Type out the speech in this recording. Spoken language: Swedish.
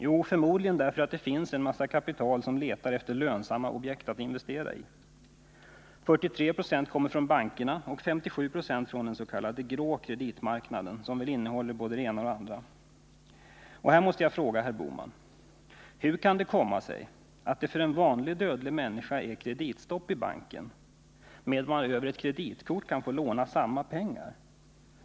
Jo, förmodligen därför att det finns en massa kapital som letar efter lönsamma objekt att investera i. 43 Zo kommer från bankerna och 57 90 från den s.k. grå kreditmarknaden, som väl innehåller både det ena och det andra. Och här måste jag fråga herr Bohman: Hur kan det komma sig att det för en vanlig dödlig människa är kreditstopp i banken medan man över ett kreditkort kan få låna samma pengar?